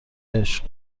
عشق